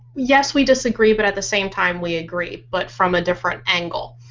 yes we disagree but at the same time we agree but from a different angle.